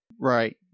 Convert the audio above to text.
right